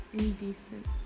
indecent